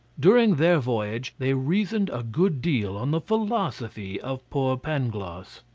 during their voyage they reasoned a good deal on the philosophy of poor pangloss.